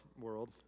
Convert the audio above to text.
world